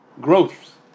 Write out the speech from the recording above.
growth